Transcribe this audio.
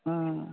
ও